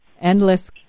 Endless